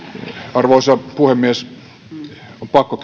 arvoisa puhemies on pakko